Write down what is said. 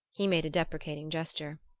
he made a deprecating gesture.